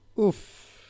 Oof